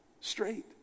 straight